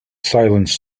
silence